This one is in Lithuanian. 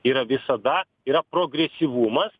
yra visada yra progresyvumas